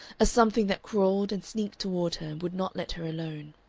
a something that crawled and sneaked toward her and would not let her alone.